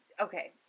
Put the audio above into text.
okay